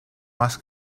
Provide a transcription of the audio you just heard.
más